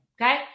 okay